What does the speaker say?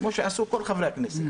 כמו שעשו כל חברי הכנסת.